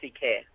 care